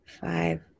five